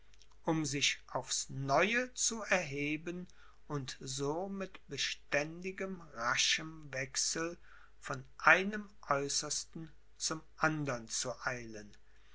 um sich aufs neue zu erheben und so mit beständigem raschem wechsel von einem aeußersten zum andern zu eilen